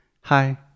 Hi